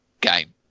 game